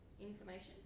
information